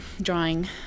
drawing